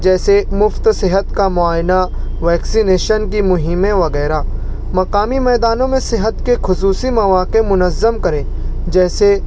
جیسے مفت صحت کا معائنہ ویکسینیشن کی مہمیں وغیرہ مقامی میدانوں میں صحت کے خصوصی مواقعے منظم کریں جیسے